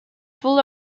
full